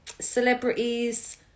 celebrities